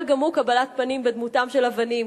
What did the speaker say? גם הוא קבלת פנים בדמותן של אבנים,